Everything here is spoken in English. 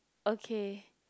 okay